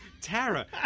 Tara